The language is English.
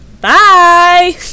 Bye